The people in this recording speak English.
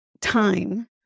time